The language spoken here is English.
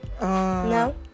No